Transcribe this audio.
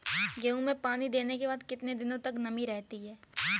गेहूँ में पानी देने के बाद कितने दिनो तक नमी रहती है?